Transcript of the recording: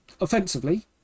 offensively